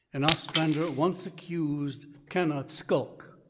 an ostrander once accused cannot skulk.